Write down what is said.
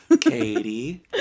Katie